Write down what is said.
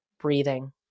breathing